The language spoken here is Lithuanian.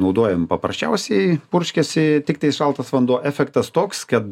naudojam paprasčiausiai purškiasi tiktai šaltas vanduo efektas toks kad